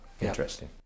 Interesting